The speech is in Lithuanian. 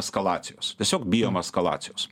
eskalacijos tiesiog bijom eskalacijos